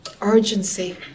urgency